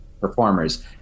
performers